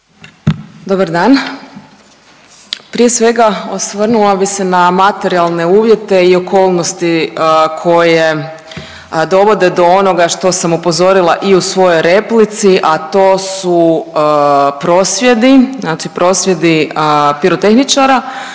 Dobar dan. Prije svega osvrnula bi se na materijalne uvjete i okolnosti koje dovode do onoga što sam upozorila i u svojoj replici, a to su prosvjedi, znači